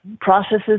processes